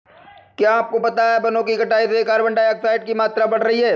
क्या आपको पता है वनो की कटाई से कार्बन डाइऑक्साइड की मात्रा बढ़ रही हैं?